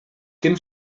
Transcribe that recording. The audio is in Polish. tym